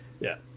Yes